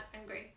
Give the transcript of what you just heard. angry